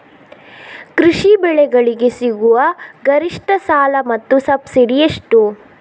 ಕೃಷಿ ಬೆಳೆಗಳಿಗೆ ಸಿಗುವ ಗರಿಷ್ಟ ಸಾಲ ಮತ್ತು ಸಬ್ಸಿಡಿ ಎಷ್ಟು?